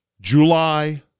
July